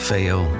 Fail